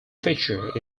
feature